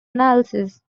analysis